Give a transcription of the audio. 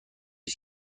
است